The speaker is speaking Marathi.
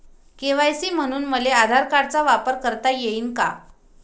के.वाय.सी म्हनून मले आधार कार्डाचा वापर करता येईन का?